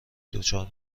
دچار